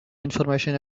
information